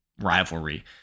rivalry